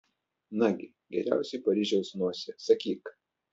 nagi geriausioji paryžiaus nosie sakyk